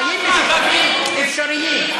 חיים משותפים אפשריים,